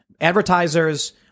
Advertisers